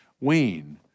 wane